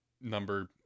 number